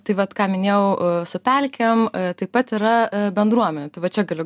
tai vat ką minėjau su pelkėm taip pat yra bendruomenių tai va čia galiu